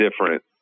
different